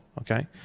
okay